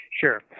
Sure